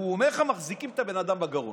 והוא אומר לך: מחזיקים את הבן אדם בגרון.